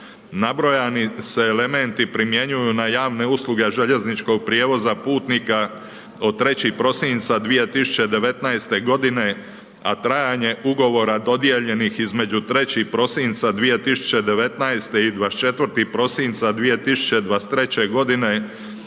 nabrojani se elementi primjenjuju na javne usluge željezničkog prijevoza putnika od 3. prosinca 2019. g. a trajanje ugovora dodijeljenih između 3. prosinca 2019. i 24. prosinca 2023. g.